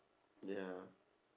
ya